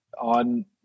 on